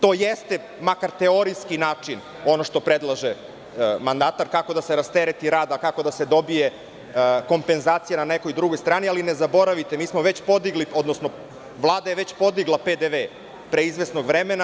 To jeste makar teorijski način ono što predlaže mandatar kako da se rastereti rad, a kako da se dobije kompenzacija na nekoj drugoj strane, ali ne zaboravite, već je Vlada podigla PDV pre izvesnog vremena.